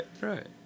right